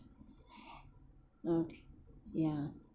uh ya